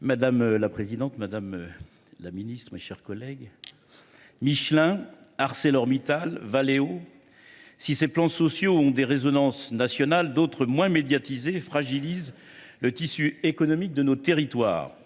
Madame la présidente, madame la ministre, mes chers collègues, Michelin, ArcelorMittal, Valeo… Si ces plans sociaux ont des résonances nationales, d’autres, moins médiatisés, fragilisent le tissu économique de nos territoires.